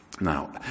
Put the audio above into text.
Now